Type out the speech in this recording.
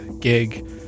gig